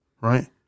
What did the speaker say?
right